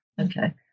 okay